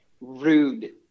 rude